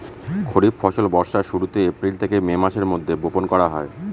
খরিফ ফসল বর্ষার শুরুতে, এপ্রিল থেকে মে মাসের মধ্যে, বপন করা হয়